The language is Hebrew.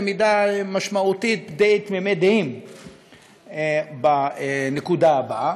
במידה משמעותית די תמימי דעים בנקודה הבאה: